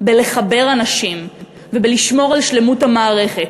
לחבר אנשים ולשמור על שלמות המערכת,